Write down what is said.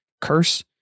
curse